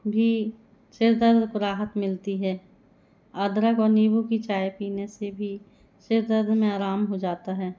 भी सिरदर्द को राहत मिलती है अदरक और नींबू की चाय पीने से भी सिरदर्द में आराम हो जाता है